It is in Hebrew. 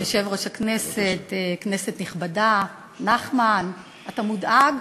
יושב-ראש הכנסת, כנסת נכבדה, נחמן, אתה מודאג?